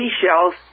seashells